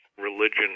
religion